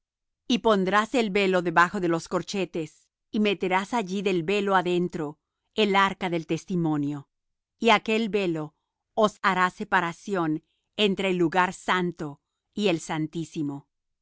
y pondrás el velo debajo de los corchetes y meterás allí del velo adentro el arca del testimonio y aquel velo os hará separación entre el lugar santo y el santísimo